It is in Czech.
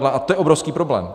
A to je obrovský problém.